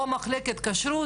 או מחלקת כשרות,